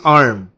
arm